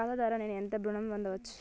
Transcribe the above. నా ఖాతా ద్వారా నేను ఎంత ఋణం పొందచ్చు?